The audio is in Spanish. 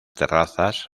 terrazas